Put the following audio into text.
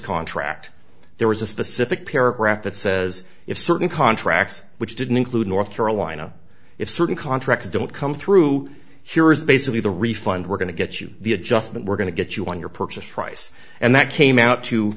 contract there was a specific paragraph that says if certain contracts which didn't include north carolina if certain contracts don't come through here is basically the refund we're going to get you the adjustment we're going to get you on your purchase price and that came out to